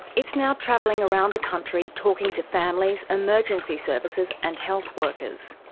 it's now travelling around the country talking to families, emergency services and health workers.